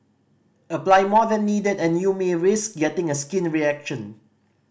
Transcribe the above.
apply more than needed and you may risk getting a skin reaction